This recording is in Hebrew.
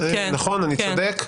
נכון, אני צודק?